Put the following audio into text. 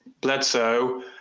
Bledsoe